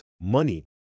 money